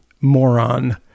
moron